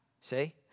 See